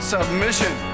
Submission